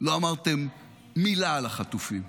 לא אמרתם מילה על החטופים,